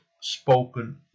Spoken